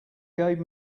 gave